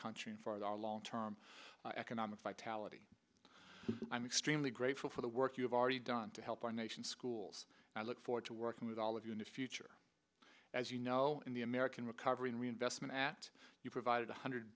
country and for our long term economic vitality i'm extremely grateful for the work you've already done to help our nation's schools and i look forward to working with all of you in the future as you know in the american recovery and reinvestment at you provided one hundred